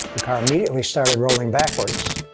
car immediately started rolling backwards.